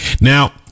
Now